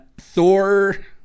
Thor